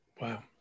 Wow